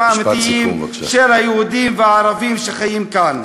האמיתיים של היהודים והערבים שחיים כאן.